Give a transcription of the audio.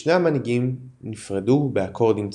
ושני המנהיגים נפרדו באקורדים צורמים.